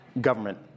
government